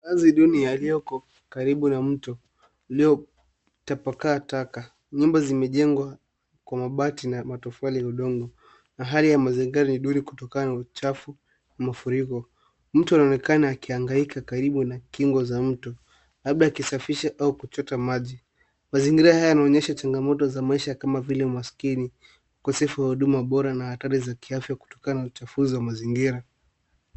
Makazi duni yaliyoko karibu na mto ulio tapakaa taka, nyumba zimejengwa kwa mabati na matofari ya udongo na hali ya mazingira ni duni kutokana na uchafu wa mafuriki. Mtu anaonekana akiangaika karibu na kingo za mto labda akisafisha au kuchota maji. Mazingira haya yanaonyesha changamoto za maisha kama vile umaskini, ukosefu wa huduma bora na athari za kiafya kutokana na uchafuzi wa mazingira.